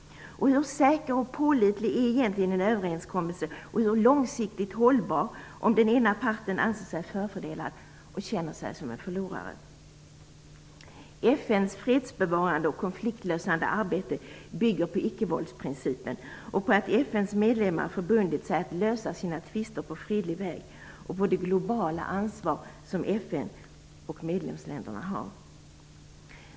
Och hur säker och pålitlig är egentligen en överenskommelse och hur långsiktigt hållbar, om den ena parten anser sig förfördelad och känner sig som en förlorare? FN:s fredsbevarande och konfliktlösande arbete bygger på icke-våldsprincipen, på det faktum att FN:s medlemmar förbundit sig att lösa sina tvister på fredlig väg och på det globala ansvar FN och medlemsländerna har.